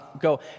go